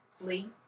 lee